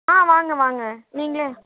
ஆ வாங்க வாங்க நீங்களே